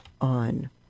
on